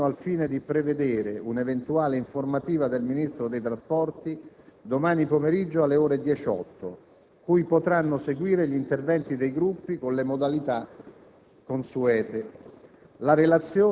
di intraprendere contatti con il Governo al fine di prevedere un'eventuale informativa del Ministro dei trasporti domani pomeriggio alle ore 18, cui potranno seguire gli interventi dei Gruppi con le modalità